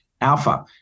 alpha